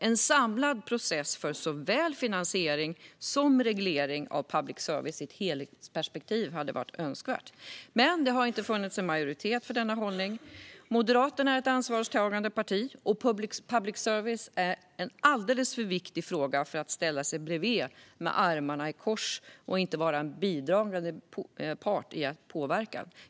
En samlad process för såväl finansiering som reglering av public service i ett helhetsperspektiv hade varit önskvärd. Men det har inte funnits majoritet för denna hållning. Moderaterna är ett ansvarstagande parti, och public service är en alldeles för viktig fråga för att vi ska ställa oss bredvid med armarna i kors och inte vara en bidragande part i påverkan.